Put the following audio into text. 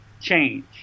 change